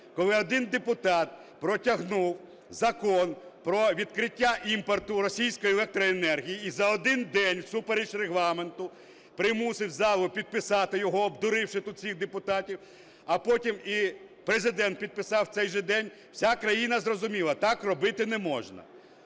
коли один депутат протягнув Закон про відкриття імпорту російської електроенергії і за 1 день всупереч Регламенту примусив залу підписати його, обдуривши тут всіх депутатів, а потім і Президент підписав в цей же день, вся країна зрозуміла - так робити не можна.